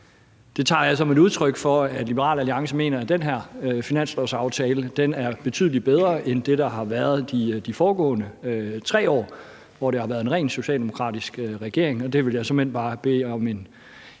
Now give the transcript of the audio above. tager jeg som et udtryk for, at Liberal Alliance mener, at den her finanslovsaftale er betydelig bedre end dem, der har været de foregående 3 år, hvor det har været en rent socialdemokratisk regering. Det vil jeg såmænd bare bede om en